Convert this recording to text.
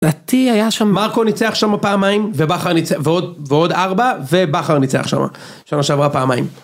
לדעתי היה שם... מרקו ניצח שמה פעמיים ובכר ניצח ועוד ועוד ארבע ובכר ניצח שמה שנה שעברה פעמיים.